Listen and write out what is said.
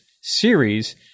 series